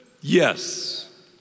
yes